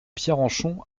pierrenchon